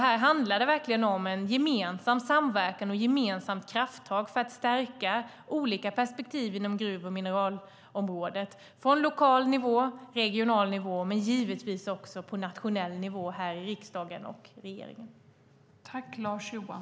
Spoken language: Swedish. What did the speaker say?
Här handlar det verkligen om en gemensam samverkan och ett gemensamt krafttag för att stärka olika perspektiv inom gruv och mineralområdet, från lokal nivå till regional nivå men givetvis också på nationell nivå här i riksdagen och regeringen.